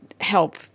help